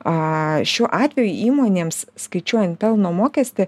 o šiuo atveju įmonėms skaičiuojant pelno mokestį